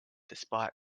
despite